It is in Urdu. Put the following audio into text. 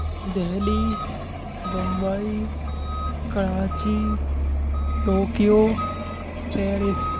Delhi Bombay Karachi Tokyo Paris